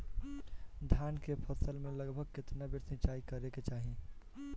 धान के फसल मे लगभग केतना बेर सिचाई करे के चाही?